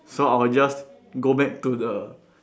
so I'll just go back to the